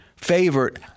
favorite